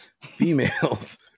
Females